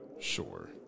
Sure